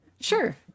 sure